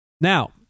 Now